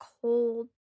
cold